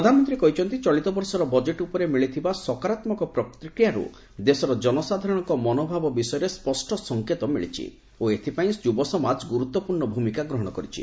ପ୍ରଧାନମନ୍ତ୍ରୀ କହିଛନ୍ତି ଚଳିତବର୍ଷର ବଜେଟ ଉପରେ ମିଳିଥିବା ସକରାତ୍ମକ ପ୍ରତିକ୍ରିୟାରୁ ଦେଶର ଜନସାଧାରଣଙ୍କ ମନୋଭାବ ବିଷୟରେ ସ୍ୱଷ୍ଟ ସଂକେତ ମିଳିଛି ଓ ଏଥିପାଇଁ ଯୁବସମାଜ ଗୁରୁତ୍ୱପୂର୍ଣ୍ଣ ଭୂମିକା ଗ୍ରହଣ କରିଛି